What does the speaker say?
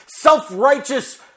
self-righteous